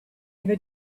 ever